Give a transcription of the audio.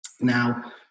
Now